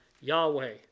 Yahweh